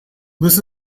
this